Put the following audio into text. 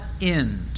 end